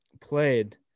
played